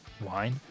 wine